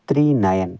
three nine